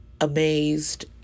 amazed